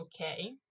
okay